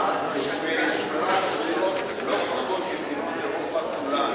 ושמירת זכויות לא פחות ממדינות אירופה כולן,